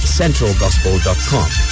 centralgospel.com